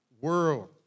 World